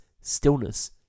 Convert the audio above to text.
stillness